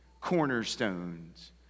cornerstones